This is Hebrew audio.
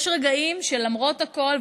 יש רגעים שלמרות הכול,